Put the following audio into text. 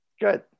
Good